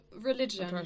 religion